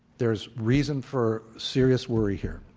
there is reason for serious worry here.